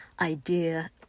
idea